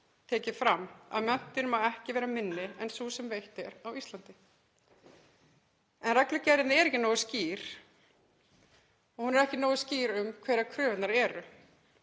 tekið fram að menntun má ekki vera minni en sú sem veitt er á Íslandi. En reglugerðin er ekki nógu skýr. Hún er ekki nógu skýr um hverjar kröfurnar eru.